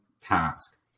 task